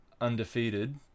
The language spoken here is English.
undefeated